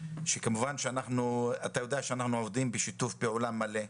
אתה יודע שאנחנו עובדים בשיתוף פעולה מלא.